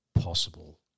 possible